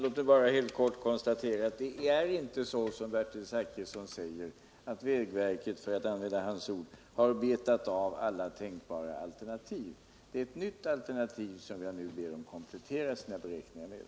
Herr talman! Det är inte så som Bertil Zachrisson säger att vägverket har ”betat av alla tänkbara alternativ”. Det är ett nytt alternativ som jag nu ber att vägverket skall komplettera sina beräkningar med.